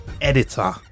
Editor